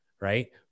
Right